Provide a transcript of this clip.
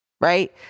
right